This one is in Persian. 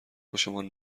خوشمان